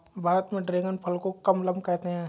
भारत में ड्रेगन फल को कमलम कहते है